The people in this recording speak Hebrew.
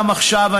גם עכשיו,